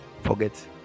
forget